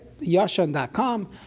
yashan.com